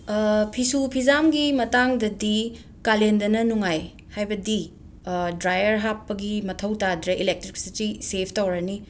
ꯐꯤꯁꯨ ꯐꯤꯖꯥꯝꯒꯤ ꯃꯇꯥꯡꯗꯗꯤ ꯀꯥꯂꯦꯟꯗꯅ ꯅꯨꯡꯉꯥꯏ ꯍꯥꯏꯕꯗꯤ ꯗ꯭ꯔꯥꯏꯌꯔ ꯍꯥꯞꯄꯒꯤ ꯃꯊꯧ ꯇꯥꯗ꯭ꯔꯦ ꯑꯦꯂꯦꯛꯇ꯭ꯔꯤꯛꯁꯤꯇꯤ ꯁꯦꯐ ꯇꯧꯔꯅꯤ